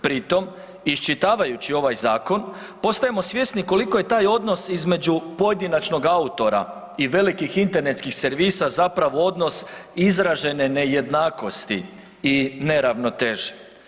Pritom, iščitavajući ovaj zakon, postajemo svjesni koliko je taj odnos između pojedinačnog autora i velikih internetskih servisa zapravo odnos izražene nejednakosti i neravnoteže.